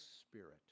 spirit